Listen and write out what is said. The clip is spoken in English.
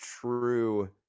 true